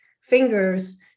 fingers